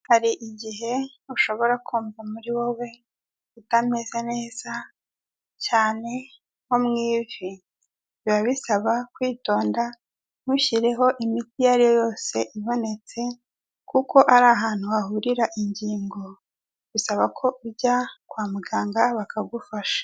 Hari igihe ushobora kumva muri wowe utameze neza cyane nko mu ivi, biba bisaba kwitonda ntushyireho imiti iyo ariyo yose ibonetse kuko ari ahantu hahurira ingingo bisaba ko ujya kwa muganga bakagufasha.